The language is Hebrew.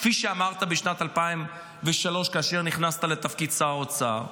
כפי שאמרת בשנת 2003 כאשר נכנסת לתפקיד שר אוצר,